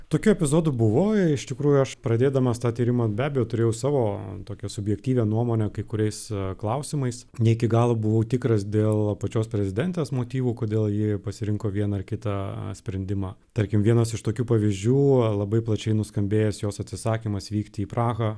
tokių epizodų buvo iš tikrųjų aš pradėdamas tą tyrimą be abejo turėjau savo tokią subjektyvią nuomonę kai kuriais klausimais ne iki galo buvau tikras dėl pačios prezidentės motyvų kodėl ji pasirinko vieną ar kitą sprendimą tarkim vienas iš tokių pavyzdžių labai plačiai nuskambėjęs jos atsisakymas vykti į prahą